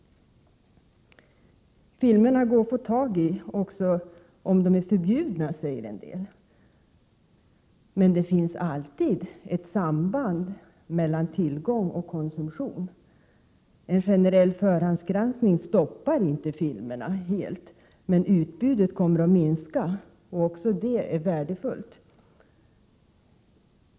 Filmerna går att få tag i även om de är förbjudna, säger en del. Men det finns alltid ett samband mellan tillgång och konsumtion. En generell förhandsgranskning stoppar inte filmerna helt, men utbudet kommer att minska. Också det är värdefullt.